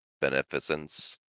Beneficence